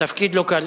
תפקיד לא קל.